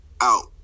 out